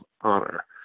honor